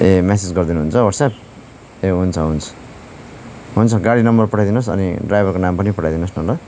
ए message गरिदिनु हुन्छ WhatsApp ए हुन्छ हुन्छ हुन्छ गाडी नम्बर पठाइदिनु होस् अनि ड्राइभरको नाम पनि पठाइदिनु होस् न ल